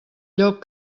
lloc